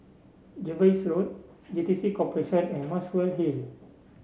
Jervois Road J T C Corporation and Muswell Hill